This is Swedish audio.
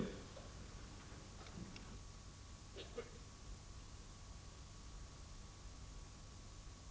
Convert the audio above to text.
Debatt om åtgärder